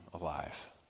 alive